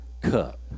cup